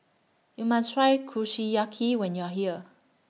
YOU must Try Kushiyaki when YOU Are here